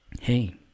Hey